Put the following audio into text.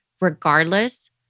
regardless